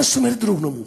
מה זאת אומרת דירוג נמוך?